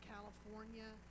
California